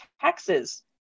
taxes